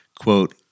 quote